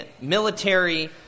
military